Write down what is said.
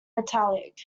metallic